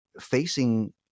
facing